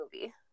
movie